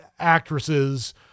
actresses